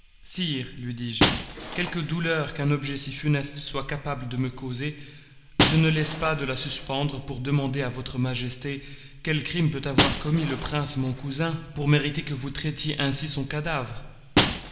sire lui dis-je quelque douleur qu'un objet si funeste soit capable de me causer je ne laisse pas de la suspendre pour demander à votre majesté quel crime peut avoir commis le prince mon cousin pour mériter que vous traitiez ainsi son cadavre